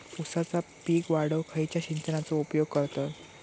ऊसाचा पीक वाढाक खयच्या सिंचनाचो उपयोग करतत?